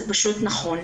זה פשוט נכון.